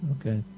Okay